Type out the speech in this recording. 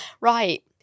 Right